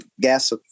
gas